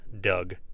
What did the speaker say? doug